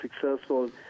successful